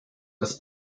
das